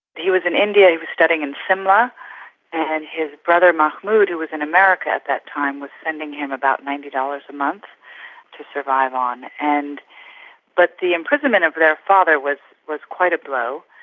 he was in india and was studying in simla and his brother mahmood who was in america at that time was sending him about ninety dollars a month to survive on. and but the imprisonment of their father was was quite a blow,